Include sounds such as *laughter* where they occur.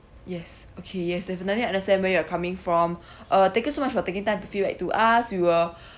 yes okay yes definitely understand where you are coming from *breath* uh thank you so much for taking time to feedback to us we will *breath*